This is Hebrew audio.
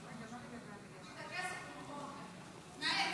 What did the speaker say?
את הכסף, ממקום אחר, מהעץ.